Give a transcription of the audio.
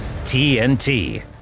tnt